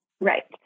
Right